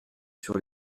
sur